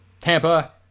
Tampa